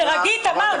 תירגעי, תמר.